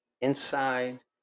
Inside